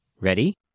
Ready